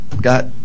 got